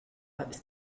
ist